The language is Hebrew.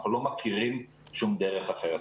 אנחנו לא מכירים שום דרך אחרת.